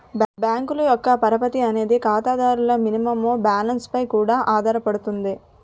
బ్యాంకుల యొక్క పరపతి అనేది ఖాతాదారుల మినిమం బ్యాలెన్స్ పై కూడా ఆధారపడుతుంది